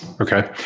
Okay